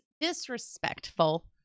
disrespectful